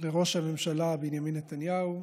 לראש הממשלה בנימין נתניהו,